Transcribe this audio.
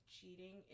cheating